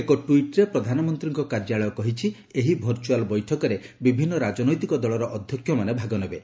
ଏକ ଟ୍ୱିଟ୍ରେ ପ୍ରଧାନମନ୍ତ୍ରୀଙ୍କ କାର୍ଯ୍ୟାଳୟ କହିଛି ଏହି ଭର୍ଚ୍ୟୁଆଲ୍ ବୈଠକରେ ବିଭିନ୍ନ ରାଜନୈତିକ ଦଳର ଅଧ୍ୟକ୍ଷ ମାନେ ଭାଗନେବେ